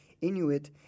Inuit